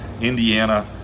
Indiana